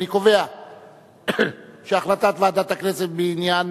אני קובע שהחלטת ועדת הכנסת בעניין